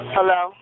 Hello